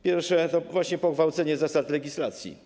Pierwszy to właśnie pogwałcenie zasad legislacji.